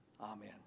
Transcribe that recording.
Amen